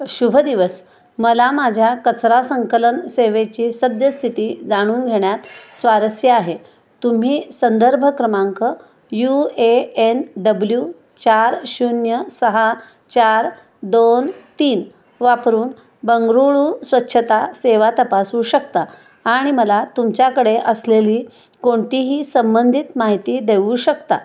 शुभ दिवस मला माझ्या कचरा संकलन सेवेची सद्यस्थिती जाणून घेण्यात स्वारस्य आहे तुम्ही संदर्भ क्रमांक यू ए एन डब्ल्यू चार शून्य सहा चार दोन तीन वापरून बंगरूळू स्वच्छता सेवा तपासू शकता आणि मला तुमच्याकडे असलेली कोणतीही संबंधित माहिती देऊ शकता